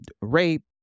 rape